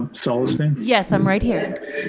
um so so and yes, i'm right here.